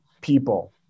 people